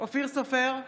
אופיר סופר,